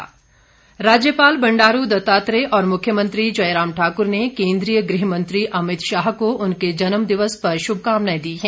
अमित शाह राज्यपाल बंडारू दत्तात्रेय और मुख्यमंत्री जयराम ठाकुर ने केन्द्रीय गृह मंत्री अमित शाह को उनके जन्मदिवस पर शुभकामनाएं दी हैं